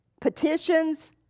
petitions